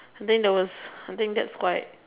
I think the worst I think that's quite